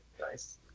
Nice